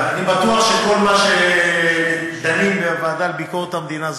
אני בטוח שכל מה שדנים בוועדה לביקורת המדינה,